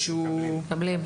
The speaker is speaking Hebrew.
מקבלים.